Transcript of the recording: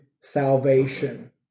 salvation